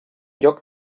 lloc